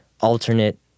alternate